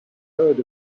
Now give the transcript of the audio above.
heard